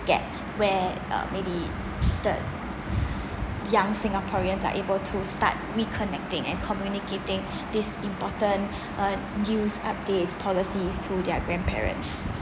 gap where uh maybe the s~ young singaporeans are able to start reconnecting and communicating this important uh news updates policies to their grandparent